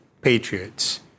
patriots